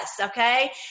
okay